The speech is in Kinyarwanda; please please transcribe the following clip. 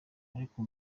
ariko